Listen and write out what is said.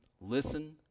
Listen